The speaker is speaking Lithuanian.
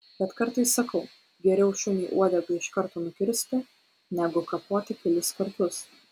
bet kartais sakau geriau šuniui uodegą iš karto nukirsti negu kapoti kelis kartus